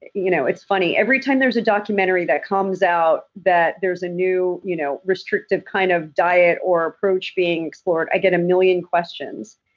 you know it's funny, every time there's a documentary that comes out that there's a new you know restrictive kind of diet or approach being explored, i get a million questions.